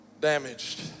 damaged